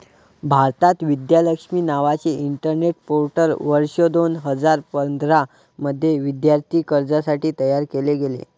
भारतात, विद्या लक्ष्मी नावाचे internet portal वर्ष दोन हजार पंधरा मध्ये विद्यार्थी कर्जासाठी तयार केले गेले